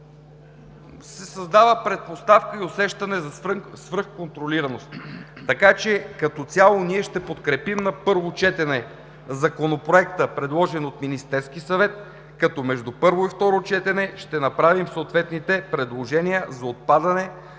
се създават предпоставки и усещане за свръхконтролираност. Така че като цяло ние ще подкрепим на първо четене Законопроекта, предложен от Министерския съвет, а между първо и второ четене ще направим съответните предложения за отпадане